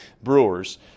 Brewers